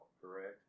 correct